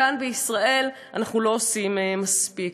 וכאן בישראל אנחנו לא עושים מספיק.